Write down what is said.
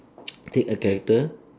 take a character